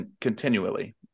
Continually